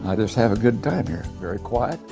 i just have a good time here. very quiet,